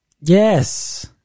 Yes